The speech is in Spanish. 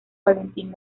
valentín